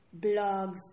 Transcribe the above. blogs